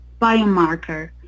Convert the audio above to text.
biomarker